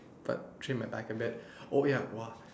but train my back a bit oh ya !wah!